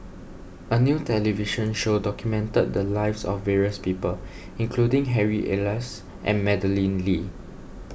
a new television show documented the lives of various people including Harry Elias and Madeleine Lee